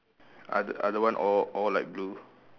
othe~ other one all all light blue